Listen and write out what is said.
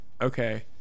okay